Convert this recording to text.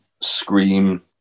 scream